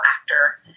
actor